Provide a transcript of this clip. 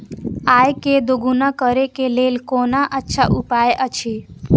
आय के दोगुणा करे के लेल कोन अच्छा उपाय अछि?